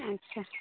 ᱟᱪᱪᱷᱟ